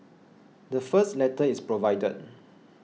the first letter is provided